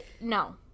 no